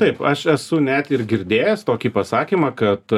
taip aš esu net ir girdėjęs tokį pasakymą kad